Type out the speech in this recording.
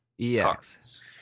EX